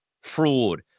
fraud